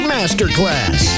Masterclass